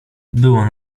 była